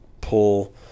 pull